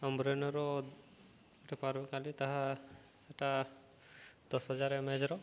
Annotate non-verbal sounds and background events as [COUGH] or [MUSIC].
ଆମ୍ରରନ୍ର [UNINTELLIGIBLE] କଲି ତାହା ସେଟା ଦଶ ହଜାର ଏମ୍ଏଚ୍ର